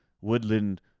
woodland